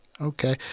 Okay